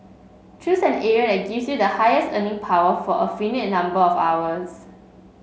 choose an area that gives you the highest earning power for a finite number of hours